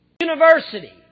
University